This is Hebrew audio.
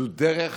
זו דרך